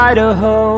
Idaho